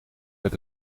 met